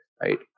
right